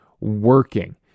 working